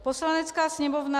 Poslanecká sněmovna